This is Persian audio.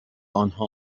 آنها